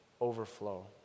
overflow